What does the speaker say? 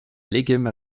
légumes